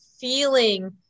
feeling